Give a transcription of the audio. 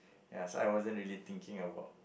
ya so I wasn't really thinking about